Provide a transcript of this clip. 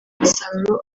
umusaruro